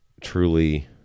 truly